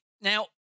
Now